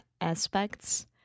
aspects